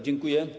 Dziękuję.